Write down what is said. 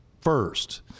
first